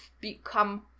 become